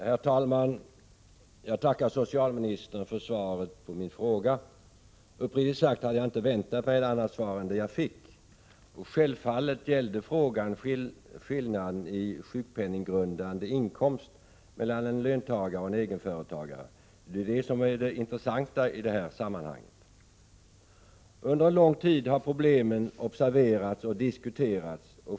Herr talman! Jag tackar socialministern för svaret på min fråga. Uppriktigt sagt hade jag inte väntat mig något annat svar än det som jag fick. Självfallet gällde frågan skillnaden i sjukpenninggrundande inkomst mellan en löntagare och en egenföretagare. Det är det som är det intressanta i detta sammanhang. Under en lång tid har problemen observerats och diskuterats.